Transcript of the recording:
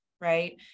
right